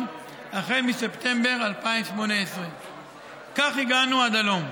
החל מספטמבר 2018. כך הגענו עד הלום.